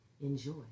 Enjoy